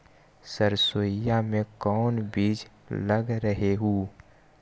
सरसोई मे कोन बीज लग रहेउ?